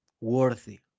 worthy